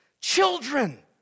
children